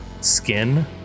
skin